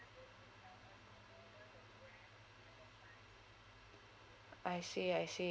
I see I see